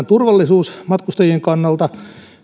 turvallisuus matkustajien kannalta